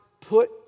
put